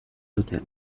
hôtel